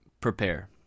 prepare